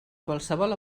qualsevol